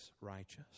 righteous